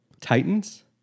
Titans